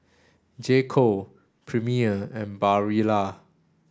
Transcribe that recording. J Co Premier and Barilla